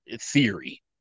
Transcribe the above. theory